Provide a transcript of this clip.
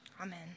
Amen